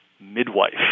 midwife